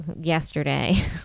yesterday